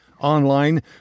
online